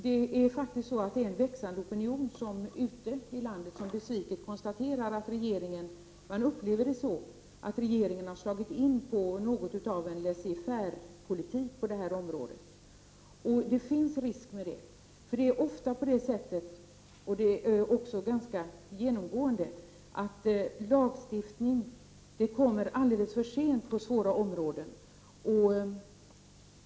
Det finns en växande opinion ute i landet som besviket konstaterar att regeringen har slagit in på något av en laisser-faire-politik på det här området. Det finns en risk med detta. Det är genomgående så, att lagstiftning kommer alldeles för sent på svåra områden.